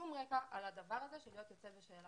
שום רקע על הדבר הזה של להיות יוצא בשאלה.